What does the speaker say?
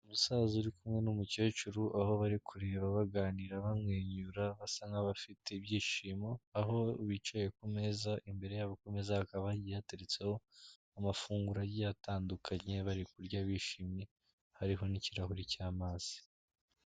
Umusaza uri kumwe n'umukecuru aho bari kureba baganira bamwenyura basa nk'abafite ibyishimo, aho bicaye ku meza, imbere yabo ku meza hakaba hagiye hateretseho amafunguro agiye atandukanye bari kurya bishimye, hariho n'ikirahuri cy'amazi.